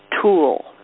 tool